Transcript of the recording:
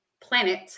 planet